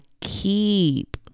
keep